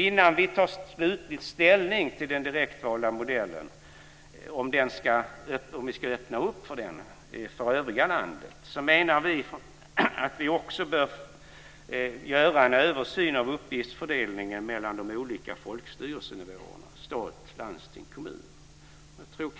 Innan vi tar slutlig ställning till om vi ska öppna för modellen med direktval för övriga landet menar vi att vi också bör göra en översyn av uppgiftsfördelningen mellan de olika folkstyrelsenivåerna stat, landsting och kommun. Jag